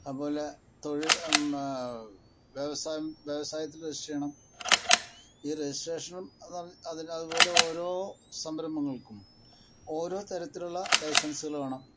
അതുപോലെ തൊഴിൽ വ്യവസായം വ്യവസായത്തിൽ രജിസ്റ്റർ ചെയ്യണം ഈ രജിസ്ട്രേഷനും അതി അതിൽ അതുപോലെ ഓരോ സംരംഭങ്ങൾക്കും ഓരോ തരത്തിലുള്ള ലൈസൻസുകൾ വേണം